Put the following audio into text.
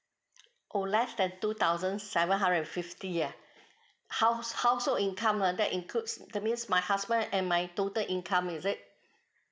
oh less than two thousand seven hundred and fifty ah house household income one that includes that means my husband and my total income is it